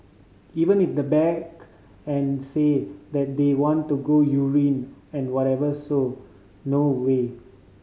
even if they beg and say that they want to go urine and whatsoever so no way